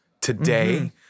today